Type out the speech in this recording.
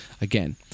Again